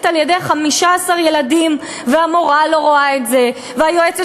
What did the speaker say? על-ידי 15 ילדים והמורה לא רואה את זה והיועצת